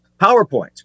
PowerPoint